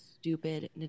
stupid